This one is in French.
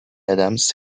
adams